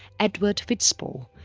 edward fitzball,